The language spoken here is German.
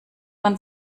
man